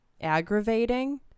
aggravating